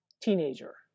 teenager